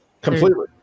Completely